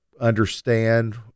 understand